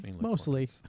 Mostly